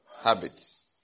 Habits